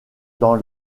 dans